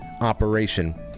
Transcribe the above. operation